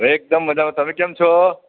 એકદમ મજામાં તમે કેમ છો